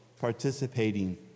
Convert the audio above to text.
participating